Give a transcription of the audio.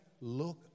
look